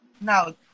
Now